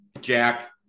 Jack